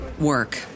work